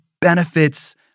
benefits